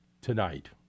tonight